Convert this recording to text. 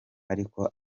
ariko